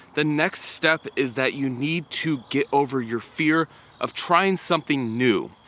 the next step is that you need to get over your fear of trying something new.